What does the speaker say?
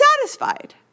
satisfied